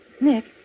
Nick